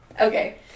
okay